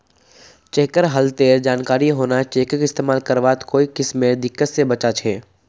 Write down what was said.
चेकेर हालतेर जानकारी होना चेकक इस्तेमाल करवात कोई किस्मेर दिक्कत से बचा छे